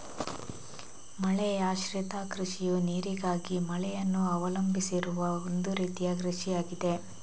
ಮಳೆಯಾಶ್ರಿತ ಕೃಷಿಯು ನೀರಿಗಾಗಿ ಮಳೆಯನ್ನು ಅವಲಂಬಿಸಿರುವ ಒಂದು ರೀತಿಯ ಕೃಷಿಯಾಗಿದೆ